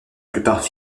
plupart